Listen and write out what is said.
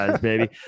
baby